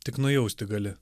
tik nujausti gali